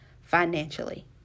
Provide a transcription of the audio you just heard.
financially